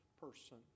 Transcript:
person